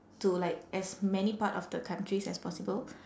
to like as many part of the countries as possible